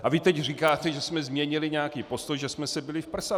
A vy teď říkáte, že jsme změnili nějaký postoj a že jsme se bili v prsa.